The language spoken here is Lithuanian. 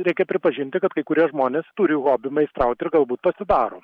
reikia pripažinti kad kai kurie žmonės turi hobių meistrauti ir galbūt pasidaro